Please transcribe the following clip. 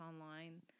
online